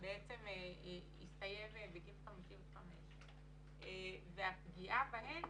בעצם הסתיים בגיל 55, והפגיעה בהן